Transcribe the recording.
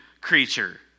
creature